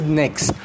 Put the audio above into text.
next